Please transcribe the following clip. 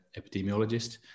epidemiologist